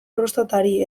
prostatari